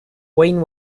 wayne